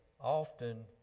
often